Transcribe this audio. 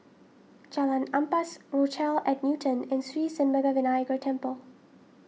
Jalan Ampas Rochelle at Newton and Sri Senpaga Vinayagar Temple